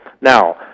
Now